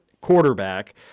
quarterback